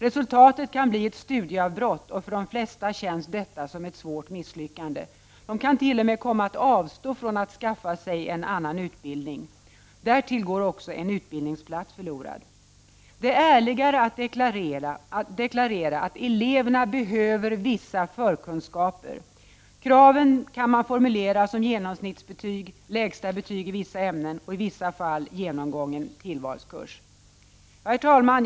Resultatet kan bli ett studieavbrott, och för de flesta känns detta som ett svårt misslyckande. De kan t.o.m. komma att avstå från att skaffa sig annan utbildning. Därtill går en utbildningsplats förlorad. Det är ärligare att deklarera att eleverna behöver vissa förkunskaper. Kraven bör kunna formuleras som genomsnittsbetyg, lägsta betyg i vissa ämnen och i vissa fall genomgången tillvalskurs. Herr talman!